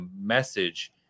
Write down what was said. message